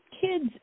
kids